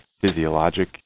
physiologic